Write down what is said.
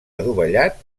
adovellat